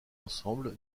ensemble